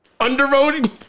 Undervoting